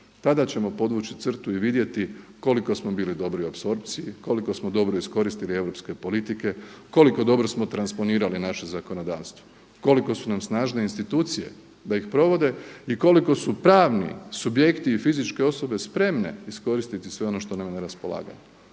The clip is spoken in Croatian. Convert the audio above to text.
Tada ćemo podvući crtu i vidjeti koliko smo bili dobri u apsorpciji, koliko smo dobro iskoristili europske politike, koliko dobro smo transponirali naše zakonodavstvo, koliko su nam snažne institucije da ih provode i koliko su pravni subjekti i fizičke osobe spremne iskoristiti sve ono što nam je na raspolaganju,